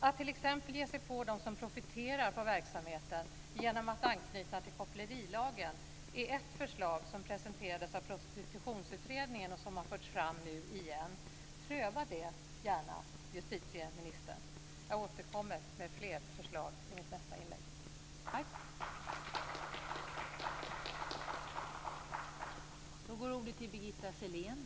Att t.ex. ge sig på dem som profiterar på verksamheten genom att anknyta till kopplerilagen är ett förslag som presenterades av Prostitutionsutredningen och som har förts fram nu igen. Pröva det gärna, justitieministern! Jag återkommer med fler förslag i mitt nästa inlägg.